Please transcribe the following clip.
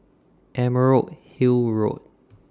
Emerald Hill Road